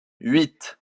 huit